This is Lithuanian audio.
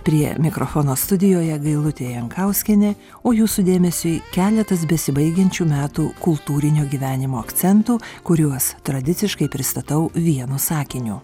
prie mikrofono studijoje gailutė jankauskienė o jūsų dėmesiui keletas besibaigiančių metų kultūrinio gyvenimo akcentų kuriuos tradiciškai pristatau vienu sakiniu